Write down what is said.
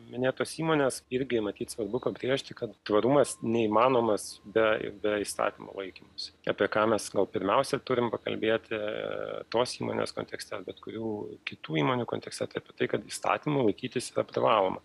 minėtos įmonės irgi matyt svarbu pabrėžti kad tvarumas neįmanomas be be įstatymo laikymosi apie ką mes gal pirmiausia ir turim pakalbėti tos įmonės kontekste bet kurių kitų įmonių kontekste tai apie tai kad įstatymų laikytis privaloma